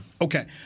Okay